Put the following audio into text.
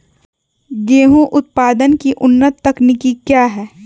गेंहू उत्पादन की उन्नत तकनीक क्या है?